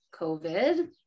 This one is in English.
COVID